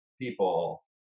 people